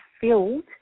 filled